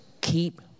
keep